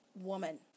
woman